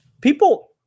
people